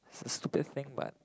it's a stupid thing but